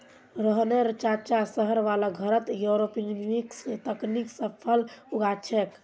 रोहनेर चाचा शहर वाला घरत एयरोपोनिक्स तकनीक स फल उगा छेक